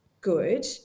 good